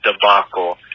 debacle